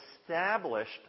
established